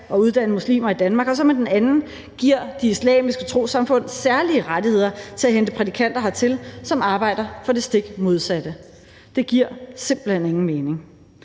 og uddanne muslimer i Danmark, mens man med den anden giver de islamiske trossamfund særlige rettigheder til at hente prædikanter hertil, som arbejder for det stik modsatte? Det giver simpelt hen ingen mening.